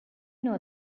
know